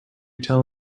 tell